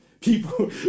people